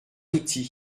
outil